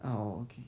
oh okay